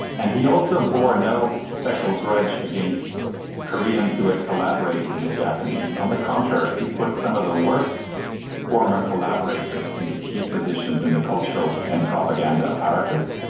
and he also bore no special grudge against koreans who had collaborated with the japanese. on the contrary, he put some of the worst former collaborators into key positions in the cultural and propaganda apparatus,